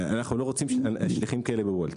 אנחנו לא רוצים שליחים כאלה ב-וולט.